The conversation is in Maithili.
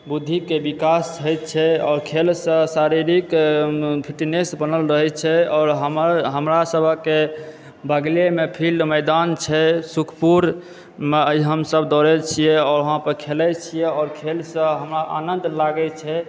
बुद्धिके विकास होइत छै आओर खेलसंँ शारीरिक फिटनेस बनल रहए छै आओर हमर हमरा सबहक बगलेमे फिल्ड मैदान छै सुखपुरमे आओर हमसब दौड़ए छिऐ आओर वहाँ पर खेलय छिऐ आओर खेलसंँ हमरा आनंद लागए छै